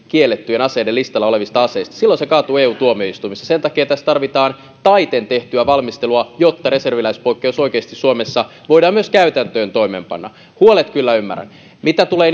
kiellettyjen aseiden listalla olevista aseista silloin se kaatuu eu tuomioistuimessa sen takia tässä tarvitaan taiten tehtyä valmistelua jotta reserviläispoikkeus oikeasti suomessa voidaan myös toimeenpanna käytäntöön huolet kyllä ymmärrän mitä tulee